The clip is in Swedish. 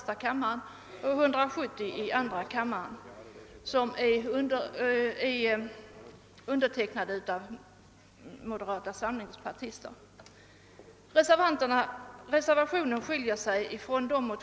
ter som undertecknare genom att yrkandet vidgas.